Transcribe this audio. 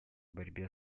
борьбе